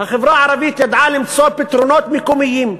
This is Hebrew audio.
החברה הערבית ידעה למצוא פתרונות מקומיים.